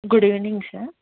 good evening sir